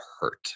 hurt